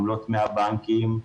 עמלות לבנקים,